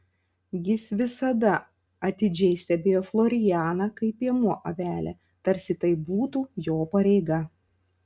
jis visada atidžiai stebėjo florianą kaip piemuo avelę tarsi tai būtų jo pareiga